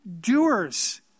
doers